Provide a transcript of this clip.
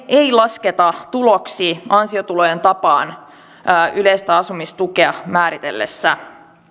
ei lasketa tuloksi ansiotulojen tapaan yleistä asumistukea määriteltäessä